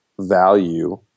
value